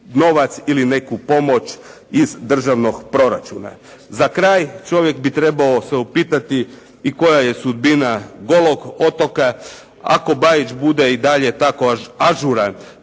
ili neku pomoć iz državnog proračuna. Za kraj čovjek bi trebao se upitati i koja je sudbina Golog otoka. Ako Bajić bude i dalje tako ažuran